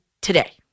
today